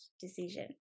decision